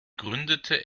gründete